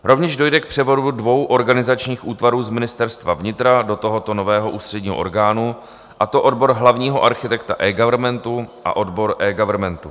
Rovněž dojde k převodu dvou organizačních útvarů z Ministerstva vnitra do tohoto nového ústředního orgánu, a to odbor hlavního architekta eGovernmentu a odbor eGovernmentu.